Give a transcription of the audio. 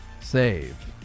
Save